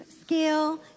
skill